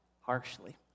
harshly